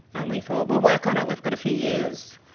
and we thought, we'll work on it, we've got a few years,